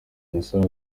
musore